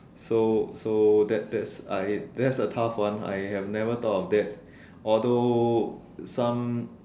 so so that that's I that's a tough one I have never thought of that although some